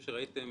שראיתם